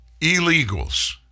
illegals